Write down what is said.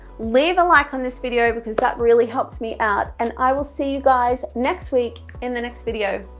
leave a like on this video because that really helps me out and i will see you guys next week in the next video,